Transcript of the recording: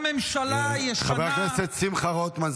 ממשלה ישנה --- חבר הכנסת שמחה רוטמן,